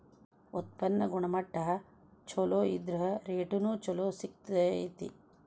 ಉತ್ಪನ್ನ ಗುಣಮಟ್ಟಾ ಚುಲೊ ಇದ್ರ ರೇಟುನು ಚುಲೊ ಸಿಗ್ತತಿ